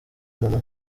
mama